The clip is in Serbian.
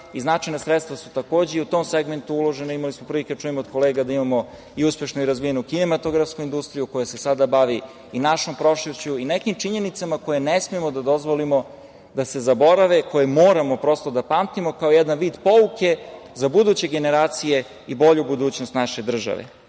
značajna sredstva su i u tom segmentu uložena. Imali smo prilike da čujemo od kolega da imamo i uspešnu i razvijenu kinematografsku industriju, koja se sada bavi i našom prošlošću i nekim činjenicama koje ne smemo da dozvolimo da se zaborave, koje moramo prosto da pamtimo, kao jedan vid pouke za buduće generacije i bolju budućnost naše države.